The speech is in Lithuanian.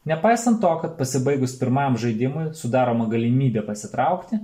nepaisant to kad pasibaigus pirmam žaidimui sudaroma galimybė pasitraukti